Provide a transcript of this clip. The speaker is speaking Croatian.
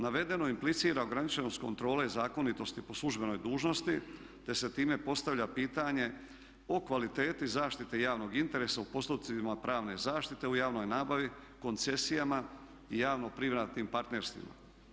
Navedeno implicira ograničenost kontrole zakonitosti po službenoj dužnosti te se time postavlja pitanje o kvaliteti zaštite javnog interesa u postupcima pravne zaštite u javnoj nabavi, koncesijama i javno-privatnim partnerstvima.